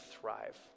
thrive